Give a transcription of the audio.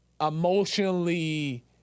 emotionally